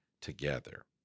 together